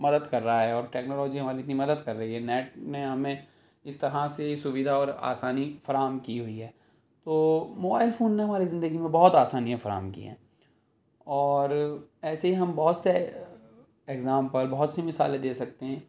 مدد کر رہا ہے اور ٹیکنالوجی ہماری اتنی مدد کر رہی ہے نیٹ نے ہمیں اس طرح سے سودھا اور آسانی فراہم کی ہوئی ہے تو موبائل فون نے ہماری زندگی میں بہت آسانیاں فراہم کی ہیں اور ایسے ہی ہم بہت سے اگزامپل بہت سی مثالیں دے سکتے ہیں